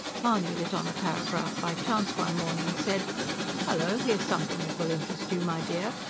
mahony lit on the paragraph by chance one morning said hullo! here's something that will interest you, my dear,